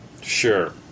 sure